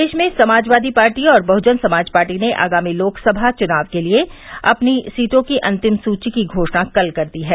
प्रदेश में समाजवादी पार्टी और बहुजन समाज पार्टी ने आगामी लोकसभा चुनाव के लिए अपनी सीटों की अन्तिम सूची की घोषणा कल कर दी है